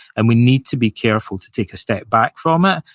and we need to be careful to take a step back from it,